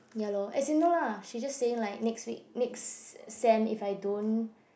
ya lor as you know lah she just saying like next week next sem if I don't